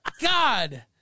God